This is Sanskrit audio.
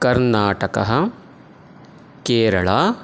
कर्नाटकः केरळा